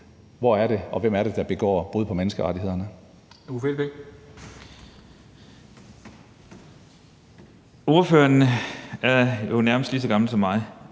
og hvem det er, der begår brud på menneskerettighederne.